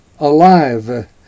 alive